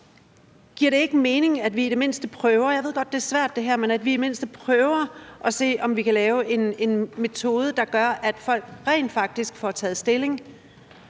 og jeg ved godt, det er svært, men prøver at se, om vi kan lave en metode, der gør, at folk rent faktisk får taget stilling,